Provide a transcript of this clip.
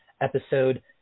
episode